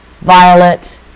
violet